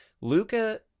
Luca